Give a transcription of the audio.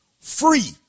free